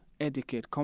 educate